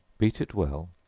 beat it well,